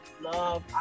love